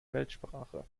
weltsprache